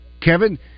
Kevin